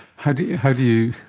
how do how do you?